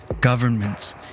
governments